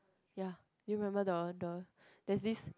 ya do you remember the the that this